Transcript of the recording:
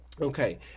Okay